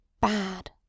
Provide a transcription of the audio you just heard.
Bad